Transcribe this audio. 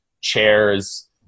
chairs